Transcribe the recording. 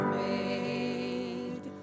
made